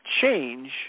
change